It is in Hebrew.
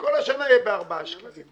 וכל השנה יהיה ב-4 שקלים.